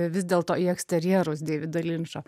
vis dėlto į eksterjerus deivido linčo